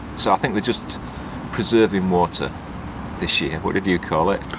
so i think they're just preserving water this year, what did you call it?